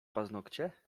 paznokcie